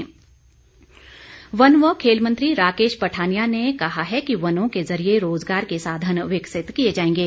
one मंत्री वन व खेल मंत्री राकेश पठानिया ने कहा है कि वनों के जरिए रोज़गार के साधन विकसित किए जाएंगे